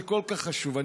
זה כל כך חשוב.